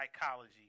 psychology